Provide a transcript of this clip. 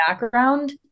background